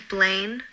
Blaine